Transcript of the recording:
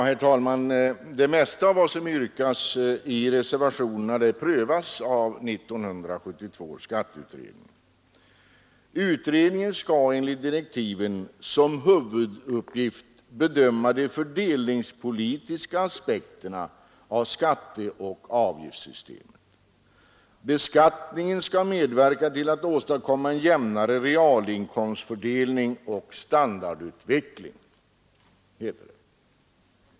Herr talman! Det mesta av vad som yrkas i reservationerna prövas av 1972 års skatteutredning. Utredningen skall enligt direktiven som huvuduppgift bedöma de fördelningspolitiska aspekterna av skatteoch avgiftssystemet. Beskattningen skall medverka till att åstadkomma en jämnare realinkomstfördelning och standardutveckling, heter det.